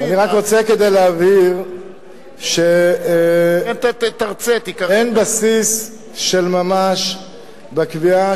אני רק רוצה כדי להבהיר שאין בסיס של ממש בקביעה